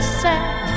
sad